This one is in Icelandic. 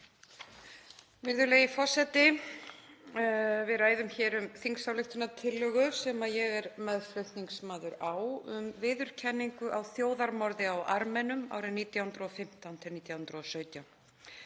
Virðulegi forseti. Við ræðum hér um þingsályktunartillögu sem ég er meðflutningsmaður á um viðurkenningu á þjóðarmorði á Armenum árin 1915–1917.